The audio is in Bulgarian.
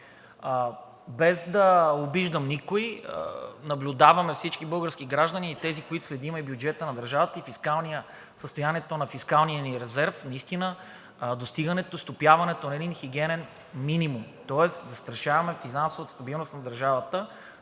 Без да обиждам никого, наблюдаваме всички български граждани, и тези, които следим бюджета на държавата и състоянието на фискалния ни резерв, наистина достигането и стопяването на един хигиенен минимум, тоест застрашаваме финансовата стабилност на държавата